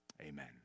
Amen